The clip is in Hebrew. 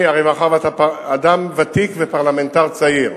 מאחר שאתה אדם ותיק ופרלמנטר צעיר,